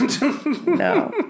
No